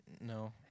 No